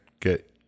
get